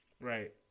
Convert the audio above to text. Right